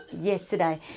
yesterday